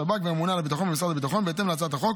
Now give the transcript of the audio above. שב"כ והממונה על הביטחון במשרד הביטחון בהתאם להצעת החוק,